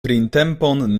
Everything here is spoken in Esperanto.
printempon